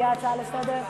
הגיעה הצעה לסדר?